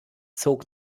zog